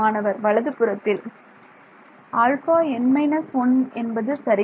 மாணவர் வலதுபுறத்தில் αn−1 என்பது சரி